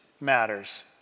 matters